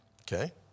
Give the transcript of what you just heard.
Okay